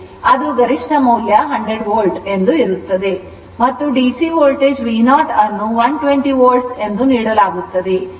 ಮತ್ತು DC voltage V0 ಅನ್ನು 120 volt ಎಂದು ನೀಡಲಾಗುತ್ತದೆ